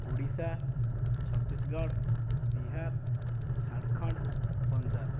Odisha Chhattisgarh Bihar Jharkhand Punjab